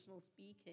speaking